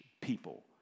people